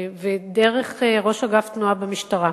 ודרך ראש אגף תנועה במשטרה,